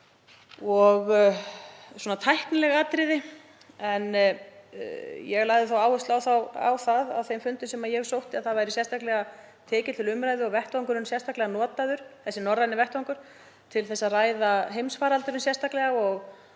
og svona tæknileg atriði. Ég lagði áherslu á það, á þeim fundum sem ég hef sótt, að það væri sérstaklega tekið til umræðu og vettvangurinn sérstaklega notaður, þessi norræni vettvangur, til að ræða heimsfaraldurinn sérstaklega og